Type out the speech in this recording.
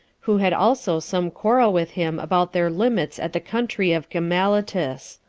who had also some quarrel with him about their limits at the country of gamalitis.